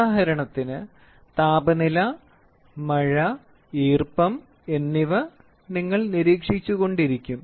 ഉദാഹരണത്തിന് താപനില മഴ ഈർപ്പം എന്നിവ നിങ്ങൾ നിരീക്ഷിച്ചുകൊണ്ടിരിക്കും